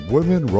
Women